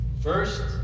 First